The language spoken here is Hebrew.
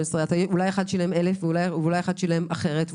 אולי אחד שילם 1,000 ואולי שילם אחרת?